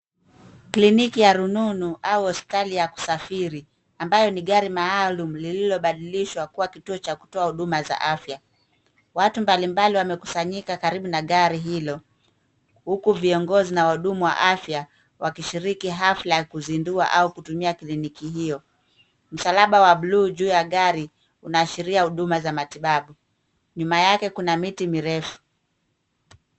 Cliniki ya rununu au hospitali ya kusafiri ambalo ni gari maalum lilobadilishwa kuwa kituo cha kutoa huduma za afya. Watu mbalimbali wamekusanyika karibu na gari hilo, huku viongozi na wahudumu wa afya wakishiriki ghafla ya kuzindua au kutumia cliniki hilo. Msalaba wa buluu juu ya gari unaashiria huduma za matibabu na nyuma yake kuna miti mirefu.